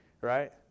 Right